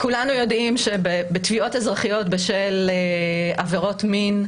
כולנו יודעים שבתביעות אזרחיות, בשל עבירות מין,